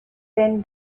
sent